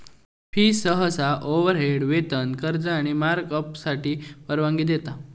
fee सहसा overhead, वेतन, खर्च आणि मार्कअपसाठी परवानगी देता